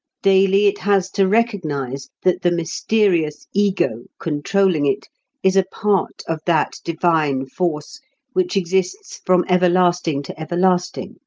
daily it has to recognize that the mysterious ego controlling it is a part of that divine force which exists from everlasting to everlasting,